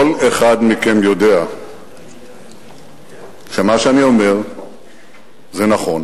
כל אחד מכם יודע שמה שאני אומר זה נכון.